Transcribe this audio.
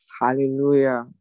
Hallelujah